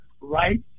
right